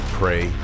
pray